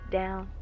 down